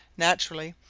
naturally,